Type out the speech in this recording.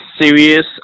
serious